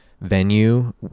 venue